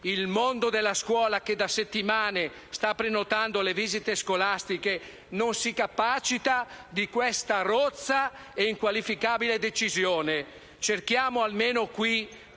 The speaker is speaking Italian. Il mondo della scuola, che da settimane sta prenotando le visite scolastiche, non si capacita di questa rozza e inqualificabile decisione. Cerchiamo almeno qui